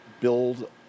build